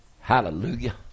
Hallelujah